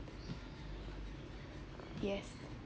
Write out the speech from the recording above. yes